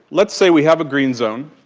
let's say we have a green zone,